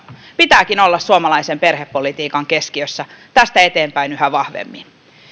pitääkin olla suomalaisen perhepolitiikan keskiössä tästä eteenpäin yhä vahvemmin se